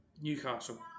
Newcastle